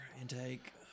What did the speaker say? Intake